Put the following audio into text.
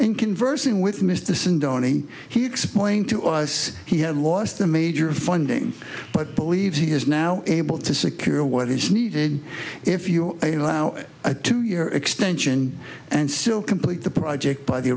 in conversing with mr sindo in he explained to us he had lost a major funding but believes he is now able to secure what is needed if you allow a two year extension and still complete the project by the